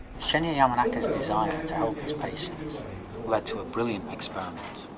shinya yamanaka's desire to help his patients led to a brilliant experiment.